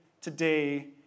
today